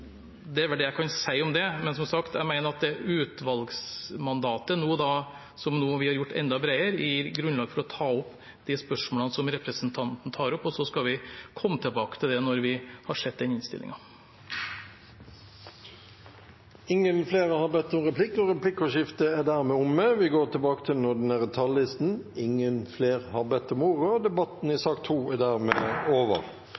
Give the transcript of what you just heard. Det er vel det jeg kan si om det. Men, som sagt, jeg mener at utvalgsmandatet som vi nå har gjort enda bredere, gir grunnlag for å ta opp de spørsmålene representanten tar opp, og så skal vi komme tilbake til det når vi har sett innstillingen. Replikkordskiftet er dermed omme. Flere har heller ikke bedt om ordet til sak nr. 2. Etter ønske fra kommunal- og forvaltningskomiteen vil presidenten ordne debatten slik: 3 minutter til hver partigruppe og